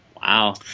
Wow